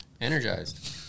energized